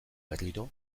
berriro